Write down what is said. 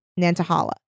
nantahala